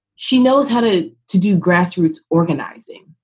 she knows how to to do grassroots organizing.